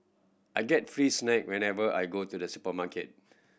I get free snack whenever I go to the supermarket